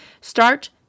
Start